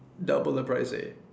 double the price leh